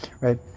right